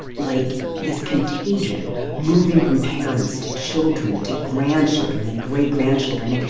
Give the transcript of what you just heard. like, this contagion moving from parents to children to grandchildren and great-grandchildren.